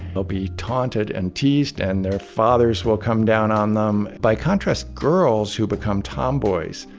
they'll be taunted and teased and their fathers will come down on them. by contrast, girls who become tomboys,